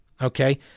Okay